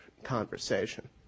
conversation